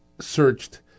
searched